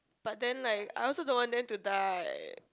but then like I also don't want them to die